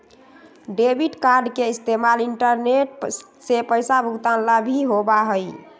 debit card के इस्तेमाल internet से पैसा भुगतान ला भी होबा हई